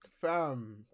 Fam